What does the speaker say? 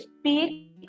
speak